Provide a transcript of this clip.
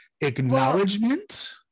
acknowledgement